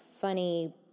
funny